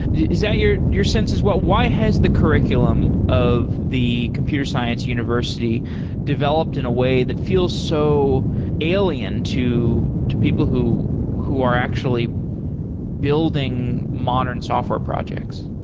is that your your sense as well? why has the curriculum of the computer science university developed in a way that feels so alien to to people who who are actually building modern software projects?